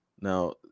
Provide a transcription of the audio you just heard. Now